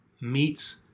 meets